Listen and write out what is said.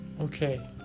okay